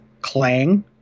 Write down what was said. clang